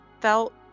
felt